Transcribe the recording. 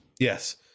Yes